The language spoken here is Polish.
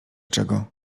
czego